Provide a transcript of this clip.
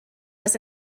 was